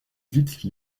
vite